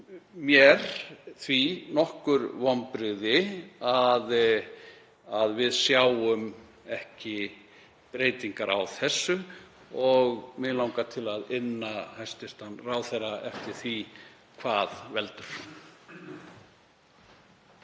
mér því nokkur vonbrigði að við sjáum ekki breytingar á þessu og mig langar til að inna hæstv. ráðherra eftir því hvað veldur.